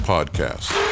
Podcast